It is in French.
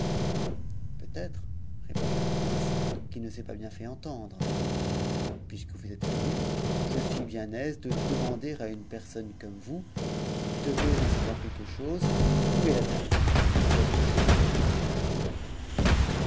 ré pliqua le prince qu'il ne s'est pas bien fait entendre puisque vous êtes venu je suis bien aise de demander à une personne comme vous qui devez en savoir quelque chose où est la dame qui a couché cette nuil avec moi